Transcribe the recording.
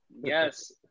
Yes